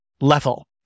level